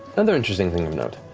another interesting thing of note.